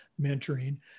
mentoring